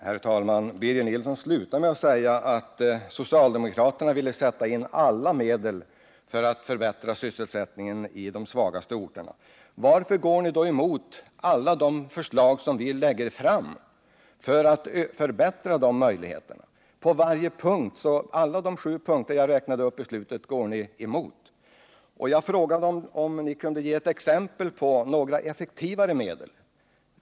Herr talman! Birger Nilsson avslutade sitt inlägg med att säga att socialdemokraterna vill sätta in alla medel för att förbättra sysselsättningen i de svagaste orterna. Varför går ni då emot alla de förslag som vi lägger fram för att förbättra dessa möjligheter? Alla de sju punkter jag räknade upp går ni emot. Jag frågade om ni kunde ge exempel på några effektivare medel.